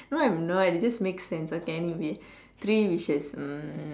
no I'm not it just make sense okay anyway three wishes hmm